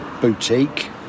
boutique